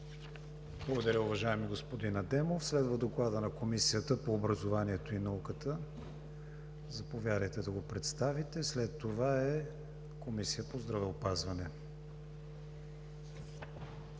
Благодаря, господин Адемов. Следва Доклад на Комисията по образованието и науката. Заповядайте да го представите. След това е Комисията по здравеопазването.